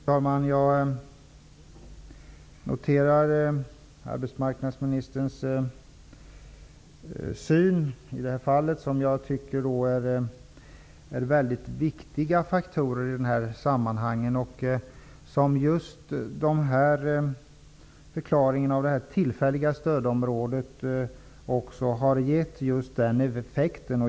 Fru talman! Jag noterar arbetsmarknadsministerns synpunkter. Detta är i sammanhanget väldigt viktiga faktorer. Just att det här området har förklarats som tillfälligt stödområde har gett effekt.